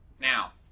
Now